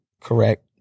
correct